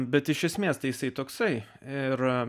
bet iš esmės tai jisai toksai ir